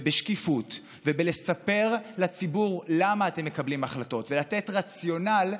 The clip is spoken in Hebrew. בשקיפות ובלספר לציבור למה אתם מקבלים החלטות ולתת רציונל,